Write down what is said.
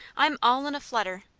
i'm all in a flutter.